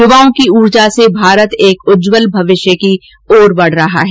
युवाओं की ऊर्जा से भारत एक उज्ज्वल भविष्य की ओर बढ रहा है